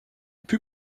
put